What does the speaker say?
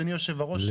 אדוני היושב-ראש,